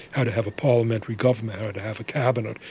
how to have a parliamentary government, how to have a cabinet,